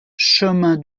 chemin